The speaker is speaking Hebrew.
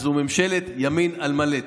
וזו ממשלת ימין על מלא,